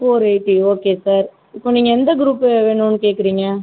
four eighty okay sir இப்போ நீங்கள் எந்த குரூப்பு வேணுன்னு கேட்குறீங்க